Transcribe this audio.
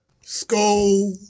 Skull